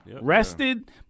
rested